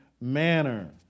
manner